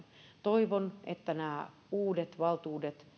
toivon että nämä uudet valtuudet